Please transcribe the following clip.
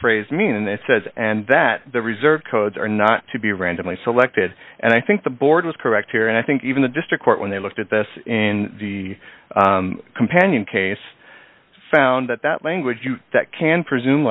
phrase mean and it says and that the reserve codes are not to be randomly selected and i think the board is correct here and i think even the district court when they looked at this in the companion case found that that language that can presume